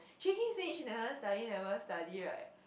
she keeps saying she never study never study right